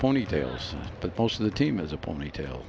ponytails but most of the team is a ponytail